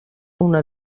una